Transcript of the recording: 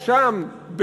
שם,